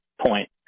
point